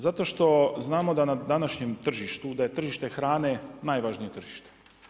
Zato što znamo da na današnjem tržištu, da je tržište hrane najvažnije tržište.